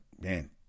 man